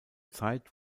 zeit